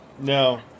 No